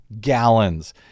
gallons